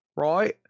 right